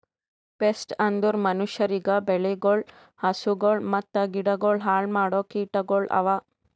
pest ಅಂದುರ್ ಮನುಷ್ಯರಿಗ್, ಬೆಳಿಗೊಳ್, ಹಸುಗೊಳ್ ಮತ್ತ ಗಿಡಗೊಳ್ ಹಾಳ್ ಮಾಡೋ ಕೀಟಗೊಳ್ ಅವಾ